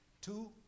Two